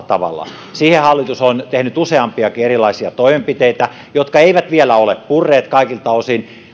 tavalla siihen hallitus on tehnyt useampiakin erilaisia toimenpiteitä jotka eivät vielä ole purreet kaikilta osin